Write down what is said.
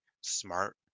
smart